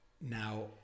Now